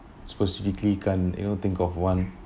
specifically can't you know think of one